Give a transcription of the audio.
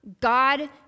God